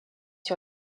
sur